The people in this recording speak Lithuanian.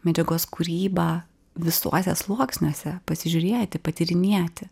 medžiagos kūrybą visuose sluoksniuose pasižiūrėti patyrinėti